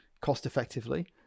cost-effectively